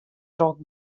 troch